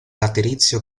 laterizio